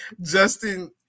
Justin